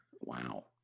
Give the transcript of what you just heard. Wow